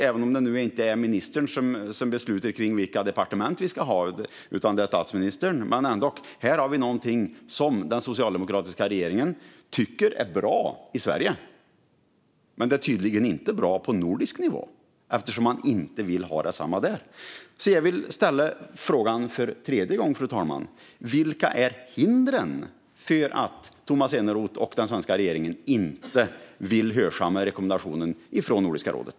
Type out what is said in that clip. Även om det nu inte är ministern som beslutar om vilka departement som vi ska ha utan statsministern så har vi här någonting som den socialdemokratiska regeringen tycker är bra i Sverige. Men det är tydligen inte bra på nordisk nivå eftersom man inte vill ha detsamma där. Fru talman! Jag vill ställa frågan för tredje gången: Vilka är hindren för att Tomas Eneroth och den svenska regeringen inte vill hörsamma rekommendationen från Nordiska rådet?